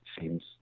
seems